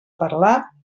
parlar